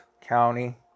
county